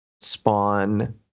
spawn